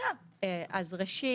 ראשית,